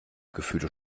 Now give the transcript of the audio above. gefühle